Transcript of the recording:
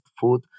food